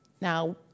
Now